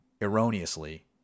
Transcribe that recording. erroneously